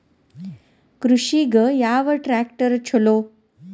ಕೃಷಿಗ ಯಾವ ಟ್ರ್ಯಾಕ್ಟರ್ ಛಲೋ?